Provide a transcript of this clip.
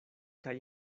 kaj